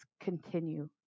continue